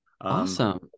awesome